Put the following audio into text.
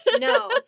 no